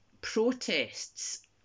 protests